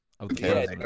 Okay